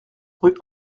rue